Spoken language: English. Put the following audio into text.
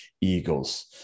Eagles